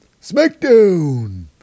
SmackDown